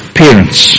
parents